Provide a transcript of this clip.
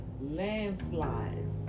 landslides